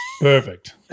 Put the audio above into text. Perfect